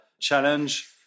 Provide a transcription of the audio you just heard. challenge